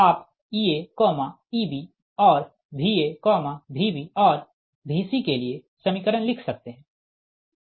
आप Ea Eb और Va Vb और Vc के लिए समीकरण लिख सकते है